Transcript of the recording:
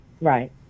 right